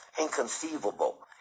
Inconceivable